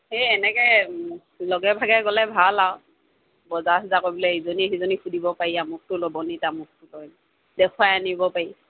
সেই এনেকৈ লগে ভাগে গ'লে ভাল আৰু বজাৰ চজাৰ কৰিবলৈ ইজনীয়ে সিজনীক সুধিব পাৰি আমুকটো ল'বনি তামুকতো কয় দেখুৱাই আনিব পাৰি